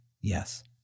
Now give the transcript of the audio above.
Yes